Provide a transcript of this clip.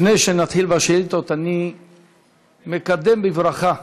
לפני שנתחיל בשאילתות, אני מקדם בברכה,